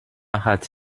hat